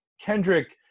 Kendrick